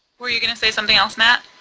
but you going to say something else matt?